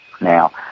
Now